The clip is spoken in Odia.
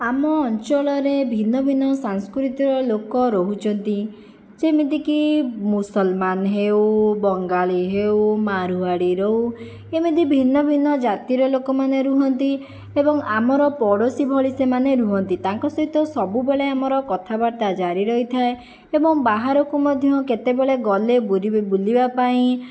ଆମ ଅଞ୍ଚଳରେ ଭିନ୍ନ ଭିନ୍ନ ସାଂସ୍କୃତିର ଲୋକ ରହୁଛନ୍ତି ଯେମିତିକି ମୁସଲମାନ ହେଉ ବଙ୍ଗାଳି ହେଉ ମାରୱାଡ଼ି ହେଉ ଏମିତି ଭିନ୍ନ ଭିନ୍ନ ଜାତିର ଲୋକମାନେ ରୁହନ୍ତି ଏବଂ ଆମର ପଡ଼ୋଶୀ ଭଳି ସେମାନେ ରୁହନ୍ତି ତାଙ୍କ ସହିତ ସବୁବେଳେ ଆମର କଥାବାର୍ତ୍ତା ଜାରି ରହିଥାଏ ଏବଂ ବାହାରକୁ ମଧ୍ୟ କେତେବେଳେ ଗଲେ ବୁଲି ବୁଲିବା ପାଇଁ